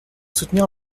soutenir